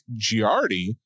Giardi